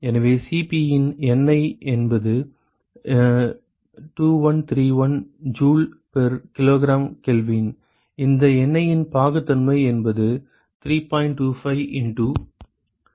எனவே Cp இன் எண்ணெய் என்பது 2131 Joule per kg Kelvin இந்த எண்ணெயின் பாகுத்தன்மை என்பது 3